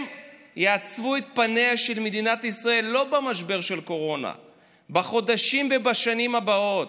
הם יעצבו את פניה של מדינת ישראל בחודשים ובשנים הבאות,